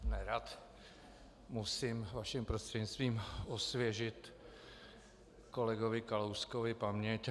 Nerad musím vaším prostřednictvím osvěžit kolegovi Kalouskovi paměť.